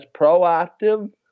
proactive